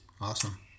Awesome